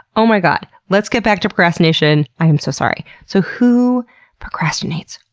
oh my god. let's get back to procrastination, i am so sorry. so, who procrastinates?